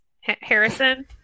Harrison